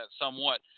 somewhat